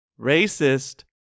racist